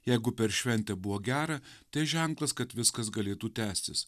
jeigu per šventę buvo gera tai ženklas kad viskas galėtų tęstis